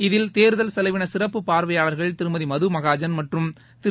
இதில் தேர்தல் செலவினசிறப்பு பார்வையாளர்கள் திருமதி மதும்னஜன் மற்றும் திரு